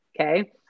Okay